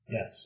Yes